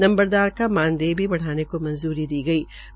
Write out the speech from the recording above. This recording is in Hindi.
नंबदार को मानदेय भी बढ़ाने की मंज्री दी गई है